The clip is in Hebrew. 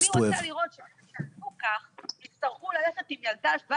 אני רוצה לראות שיצטרכו ללכת עם ילדה 17